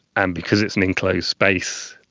and because it's an enclosed space,